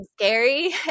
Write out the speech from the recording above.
scary